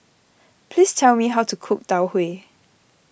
please tell me how to cook Tau Huay